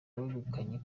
wegukanye